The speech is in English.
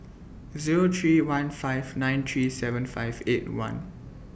Zero three one five nine three seven five eight one